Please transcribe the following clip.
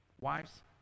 Wives